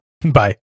Bye